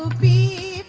be